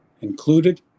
included